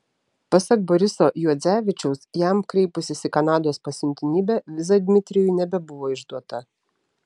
pasak boriso juodzevičiaus jam kreipusis į kanados pasiuntinybę viza dmitrijui nebebuvo išduota